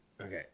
Okay